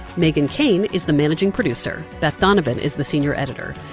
meghan keane is the managing producer. beth donovan is the senior editor.